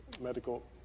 medical